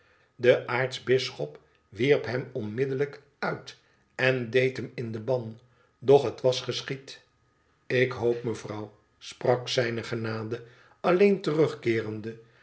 de aartsbisschop wierp hem onmiddellijk uit en deed hem in den ban doch het was geschied ik hoop mevrouw sprak zijne genade alleen terugkeerende